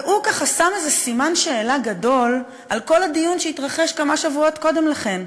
והוא שם איזה סימן שאלה גדול על כל הדיון שהתרחש כמה שבועות קודם לכן,